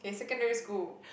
in secondary school